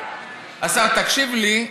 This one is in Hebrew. השר, תקשיב לי,